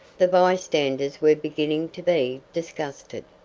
the bystanders were beginning to be disgusted.